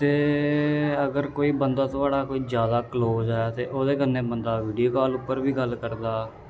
ते अगर कोई बंदा थुआढ़ा कोई जादा क्लोज़ ऐ ते ओह्दे कन्नै बंदा वीडियो कॉल उप्पर बी गल्ल करदा